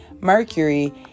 Mercury